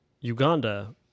Uganda